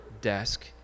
desk